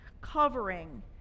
covering